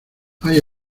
hay